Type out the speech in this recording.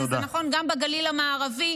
וזה נכון גם בגליל המערבי.